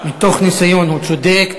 מתוך ניסיון, הוא צודק.